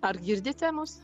ar girdite mus